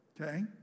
Okay